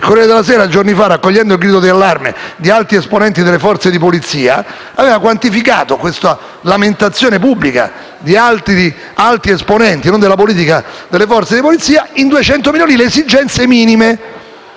Il «Corriere della sera» giorni fa, raccogliendo il grido di allarme di alti esponenti di forze di polizia aveva quantificato questa lamentazione pubblica di alti esponenti, non della politica, ma delle forze di polizia, definendo in 200 milioni le esigenze minime: